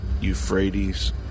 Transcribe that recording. Euphrates